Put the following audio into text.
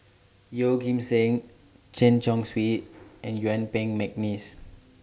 Yeoh Ghim Seng Chen Chong Swee and Yuen Peng Mcneice